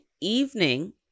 evening